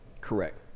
Correct